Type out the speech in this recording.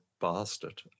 bastard